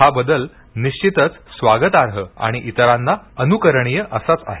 हा बदल निश्चितच स्वागतार्ह आणि इतरांना अनुकरणीय असा आहे